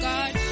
God